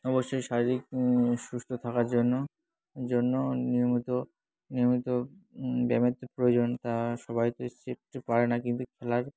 অবশ্যই শারীরিক সুস্থ থাকার জন্য জন্য নিয়মিত নিয়মিত ব্যায়ামের তো প্রয়োজন তা সবাই তো শিখতে পারে না কিন্তু খেলার